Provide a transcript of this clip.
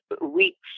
weeks